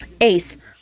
Eighth